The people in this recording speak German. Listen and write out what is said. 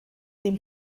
dem